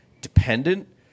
dependent